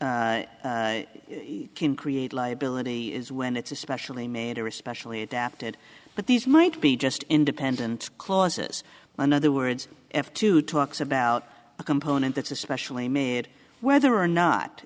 can create liability is when it's especially made or especially adapted but these might be just independent clauses in other words if two talks about a component that's especially made whether or not